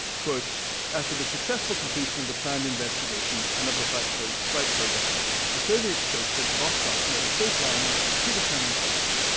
after the successful completion of the planned investigations and of the flight program flight program the soviet spaceship vostok made a safe landing at the predetermined place.